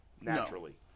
Naturally